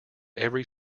every